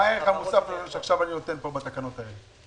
מה הערך הנוסף שאני נותן בתקנות האלו?